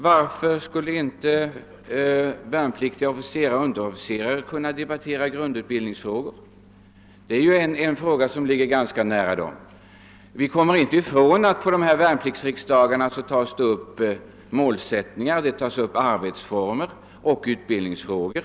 Varför skulle inte värnpliktiga underofficerare och officerare kunna vara med och debattera militära grundutbildningsfrågor? Det är dock frågor som nära berör dem. På värnpliktsriksdagarna debatteras målsättningar, arbetsformer och utbildningsfrågor.